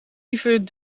liever